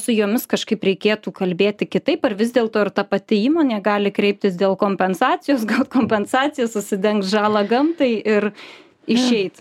su jomis kažkaip reikėtų kalbėti kitaip ar vis dėl to ir ta pati įmonė gali kreiptis dėl kompensacijos gaut kompensacijas užsidengt žalą gamtai ir išeit